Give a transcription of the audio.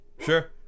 Sure